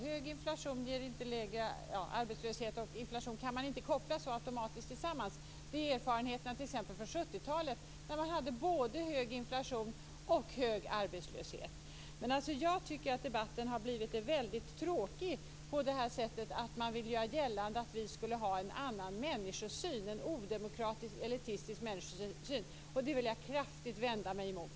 Hög inflation ger inte lägre arbetslöshet. Man kan inte koppla ihop det här automatiskt. Det är erfarenheterna från t.ex. 70-talet. Då hade man både hög inflation och hög arbetslöshet. Jag tycker att debatten har blivit väldigt tråkig på det sättet att man vill göra gällande att vi skulle ha en annan människosyn, en odemokratisk, elitistisk människosyn. Det vill jag kraftigt vända mig mot.